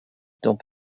dent